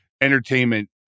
entertainment